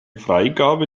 freigabe